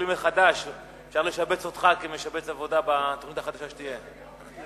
אפשר לשבץ אותך כמשבץ עבודה בתוכנית החדשה שתהיה.